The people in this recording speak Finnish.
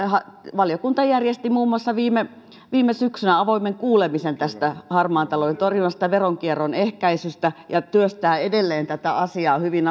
valiokunta järjesti muun muassa viime viime syksynä avoimen kuulemisen tästä harmaan talouden torjunnasta ja veronkierron ehkäisystä ja työstää edelleen tätä asiaa hyvin